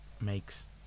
makes